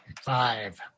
Five